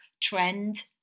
trend